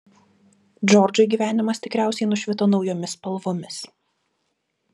džordžui gyvenimas tikriausiai nušvito naujomis spalvomis